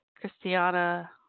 Christiana